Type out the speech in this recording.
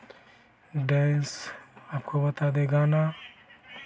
dance आपको बता दें गाना